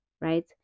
Right